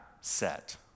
set